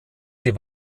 sie